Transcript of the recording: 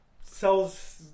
sells